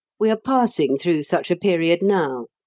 we are passing through such a period now.